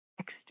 next